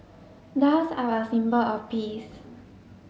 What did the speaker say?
doves are a symbol of peace